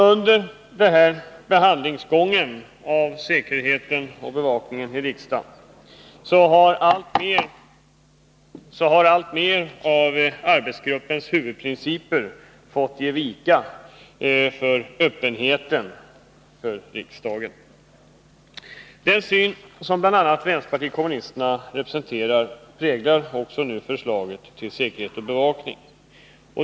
Vid behandlingen av frågan om säkerheten och bevakningen i riksdagen har allt fler av arbetsgruppens huvudprinciper fått ge vika för en ökad öppenhet. Den syn som bl.a. vpk representerar präglar nu förslaget till säkerhet och bevakning.